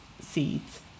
seeds